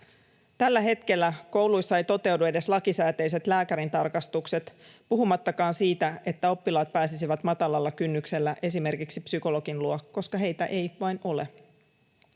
Tällä hetkellä kouluissa eivät toteudu edes lakisääteiset lääkärintarkastukset puhumattakaan siitä, että oppilaat pääsisivät matalalla kynnyksellä esimerkiksi psykologin luo, koska näitä ei vain ole.